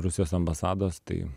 rusijos ambasados tai